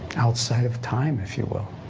outside of time, if you will